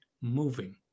moving